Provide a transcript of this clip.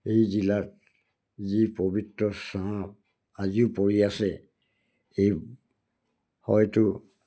এই জিলাত যি পৱিত্ৰ চাপ আজিও পৰি আছে এই হয়তো